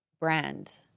brand